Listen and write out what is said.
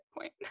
point